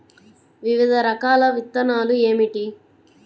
వివిధ రకాల విత్తనాలు ఏమిటి?